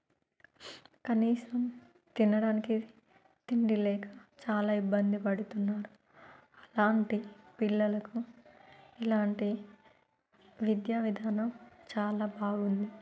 కనీసం తినడానికి తిండి లేక చాలా ఇబ్బంది పడుతున్నారు అలాంటి పిల్లలకు ఇలాంటి విద్యా విధానం చాలా బాగుంది